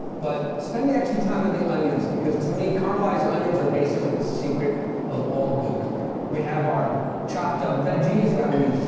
but spend the extra time in the onions because, to me, caramelized onions are basically the secret of all good cooking. we have our chopped-up veggies that we